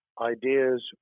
ideas